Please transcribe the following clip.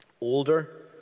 older